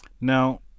Now